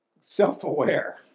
self-aware